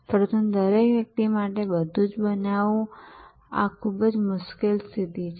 પરંતુ દરેક વ્યક્તિ માટે બધું જ બનવાની આ ખૂબ જ મુશ્કેલ સ્થિતિ છે